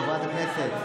חברת הכנסת,